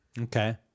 Okay